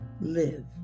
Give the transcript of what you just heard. Live